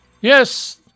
Yes